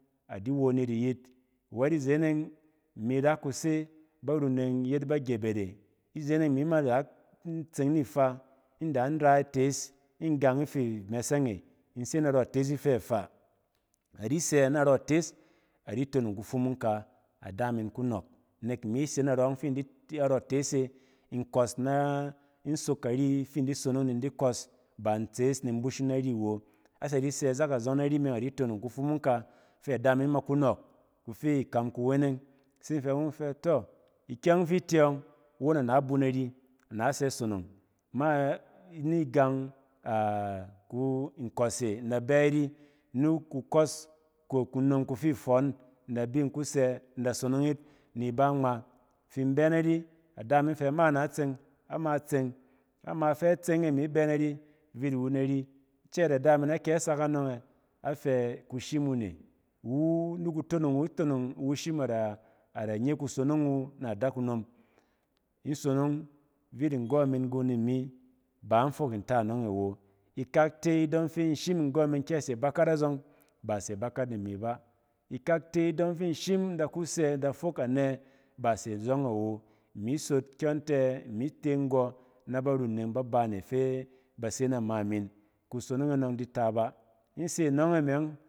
Adi won yit iyit. A wɛt izene yↄng, imi ra ku se baunneng yet ba gyebet e. Izeneng imi ma rak in tseng ni faa in dang ra itees, in gang if-imɛɛsɛng e inse na rↄ itees ifɛ faa. A di sɛ narↄ itees a di tonong kufumung ka ada min ku nↄk. Nek imi se narↄng fi-narↄɛ itees e, in kↄs na-in sok kari fi in di kↄs ba in tsees ni in bushung nari awo. A tsɛ di sɛ zak a zↄng nari me adi tonong kufumung ka fɛ ada min ma ka nↄk kufi ka kuweneng. Se in fɛ ni wu in fɛ tↄ, ikyɛng fi ite. ↄng, won ana bun nari ana tsɛ sonong, ma nigang a-ku-nkↄs e in da bɛ ari ni kukↄs, kunom fi ku fi fↄↄn in da bin kusɛ in da sonong-yit ni iba ngma. In fin bɛ na ri ada min fɛ ma ana tseng, ama tseng. Ama fɛ tseng e me, a bɛ nari vit iwu nari. In cɛɛt na ada min akɛ sak anↄng ɛ? Ɛfɛ kushim wu ne, iwu ni ku tonong wu, a tonong iwu shim ada ada nye kusonong wu na adakunom. In sonong vit nggↄ min gung ni mi, ba in fok nta anↄng e awo. Ikak te fɛ in shim nggↄ min kɛ ase bakat a zↄng, baa se bakat ni imi ba. Ikak te idↄng fi in shim in da kusɛ in da fok anɛ? Ba ase zↄng awo. Imi sot kyↄn tɛ imi te nggↄ na barunneng ba bane fɛ ba se na ma min. kusonong e nↄng di ta ba. In se nↄng e me ↄng